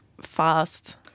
fast